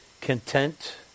content